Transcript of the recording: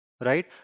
right